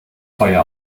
feuer